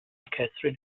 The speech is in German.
catherine